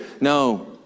no